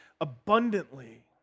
abundantly